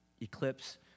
eclipse